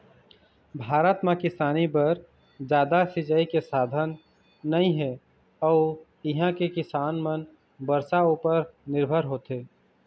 भारत म किसानी बर जादा सिंचई के साधन नइ हे अउ इहां के किसान मन बरसा उपर निरभर होथे